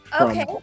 Okay